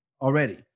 already